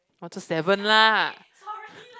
one to seven lah